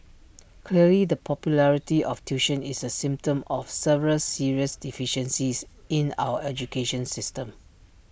clearly the popularity of tuition is A symptom of several serious deficiencies in our education system